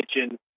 kitchen